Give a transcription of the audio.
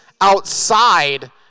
outside